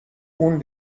اون